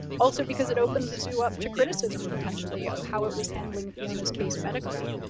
also, because it opened the zoo up to criticism, potentially, of how it was handling fiona's case medically.